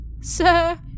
Sir